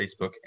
Facebook